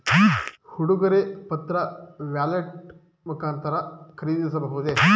ಉಡುಗೊರೆ ಪತ್ರ ವ್ಯಾಲೆಟ್ ಮುಖಾಂತರ ಖರೀದಿಸಬಹುದೇ?